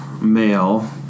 male